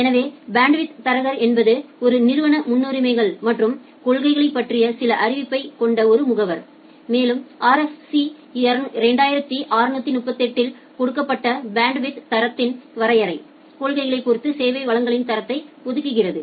எனவே பேண்ட்வித் தரகர் என்பது ஒரு நிறுவன முன்னுரிமைகள் மற்றும் கொள்கைகளைப் பற்றிய சில அறிவைக் கொண்ட ஒரு முகவர் மேலும் RFC 2638 இல் கொடுக்கப்பட்ட பேண்ட்வித் தரகரின் வரையறை கொள்கைகளைப் பொறுத்து சேவை வளங்களின் தரத்தை ஒதுக்குகிறது